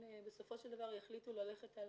בסופו של דבר יחליטו ללכת על